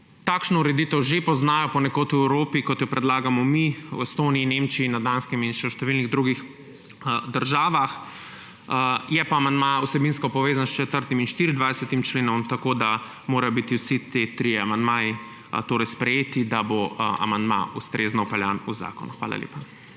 Takšno ureditev že poznajo ponekod v Evropi, kot jo predlagamo mi, v Estoniji, Nemčiji, na Danskem in še v številnih drugih državah. Je pa amandma vsebinsko povezan s 4. in 24. členom, tako da morajo biti vsi te trije amandmaji sprejeti, da bo amandma ustrezno vpeljan v zakon. Hvala lepa.